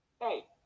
Hey